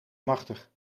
machtig